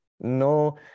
no